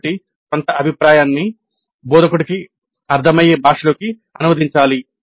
కాబట్టి కొంత అభిప్రాయాన్ని బోధకుడికి అర్ధమయ్యే భాషలోకి అనువదించాలి